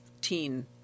teen